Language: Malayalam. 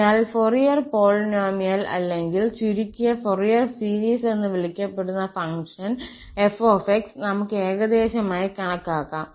അതിനാൽ ഫൊറിയർ പോളിനോമിയൽ അല്ലെങ്കിൽ ചുരുക്കിയ ഫോറിയർ സീരീസ് എന്ന് വിളിക്കപ്പെടുന്ന ഫംഗ്ഷൻ f𝑥 നമുക്ക് ഏകദേശമായി കണക്കാക്കാം